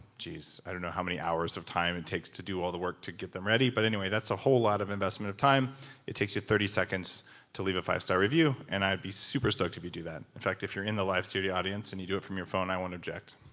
jeez, i don't know how many hours of time it takes to do all the work to get them ready, but anyway that's a whole lot of investment of time it takes you thirty seconds to leave a five-star review, and i'd be super stoked if you do that. in fact, if you're in the live studio audience and you do it from your phone, i won't object